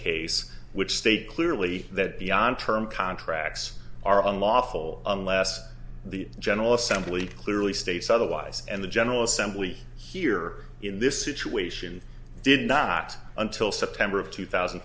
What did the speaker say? case which state clearly that beyond term contracts are unlawful unless the general assembly clearly states otherwise and the general assembly here in this situation did not until september of two thousand